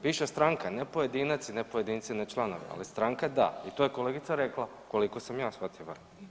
Piše stranka ne pojedinac i ne pojedinci, ne članovi ali članovi da i to je kolegica rekla koliko sam ja shvatio.